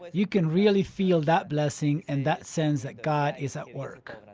you can really feel that blessing and that sense that god is at work.